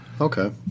okay